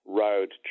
road